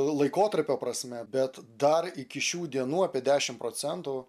laikotarpio prasme bet dar iki šių dienų apie dešim procentų